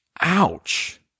Ouch